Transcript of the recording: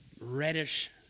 reddish